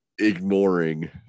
ignoring